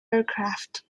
aircraft